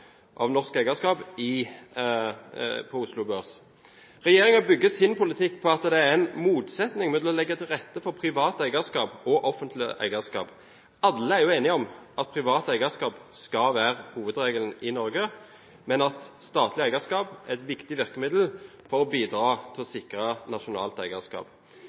av norsk eierskap på Oslo Børs. Regjeringen bygger sin politikk på at det er en motsetning mellom å legge til rette for privat eierskap og offentlig eierskap. Alle er jo enige om at privat eierskap skal være hovedregelen i Norge, men at statlig eierskap er et viktig virkemiddel for å bidra til å sikre nasjonalt eierskap.